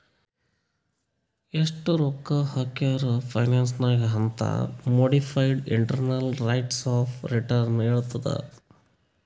ಎಸ್ಟ್ ರೊಕ್ಕಾ ಹಾಕ್ಯಾರ್ ಫೈನಾನ್ಸ್ ನಾಗ್ ಅಂತ್ modified internal rates of return ಹೇಳತ್ತುದ್